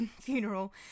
funeral